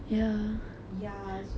ya so like